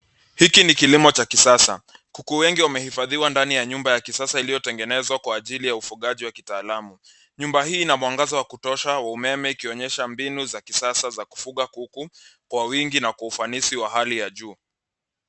Hiki ni kilimo cha kisasa. Kuku wengi wamehifadhiwa ndani ya nyumba ya kisasa iliyo tengenezwa kwa ajili ya ufugaji wa kitaalamu. Nyumba hii ina mwangaza wa kutosha wa umeme ikionyesha mbinu za kisasa za kufuga kuku kwa wingi na kwa ufanisi wa hali ya juu.